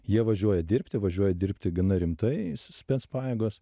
jie važiuoja dirbti važiuoja dirbti gana rimtai spec pajėgos